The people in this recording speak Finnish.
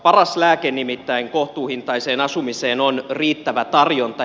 paras lääke nimittäin kohtuuhintaiseen asumiseen on riittävä tarjonta